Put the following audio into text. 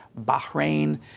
Bahrain